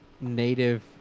native